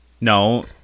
No